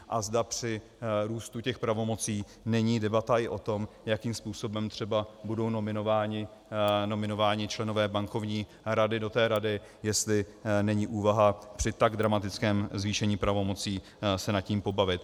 A zda při růstu těch pravomocí není debata i o tom, jakým způsobem třeba budou nominováni členové Bankovní rady do té rady, jestli není úvaha při tak dramatickém zvýšení pravomocí se nad tím pobavit.